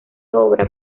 obra